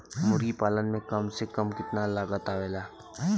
मुर्गी पालन में कम से कम कितना लागत आवेला?